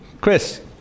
Chris